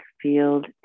field